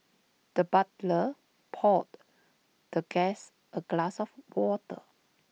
the butler poured the guest A glass of water